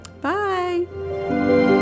Bye